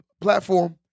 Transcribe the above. platform